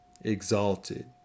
exalted